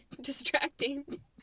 distracting